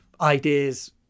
ideas